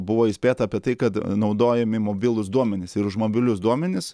buvo įspėta apie tai kad naudojami mobilūs duomenys ir už mobilius duomenis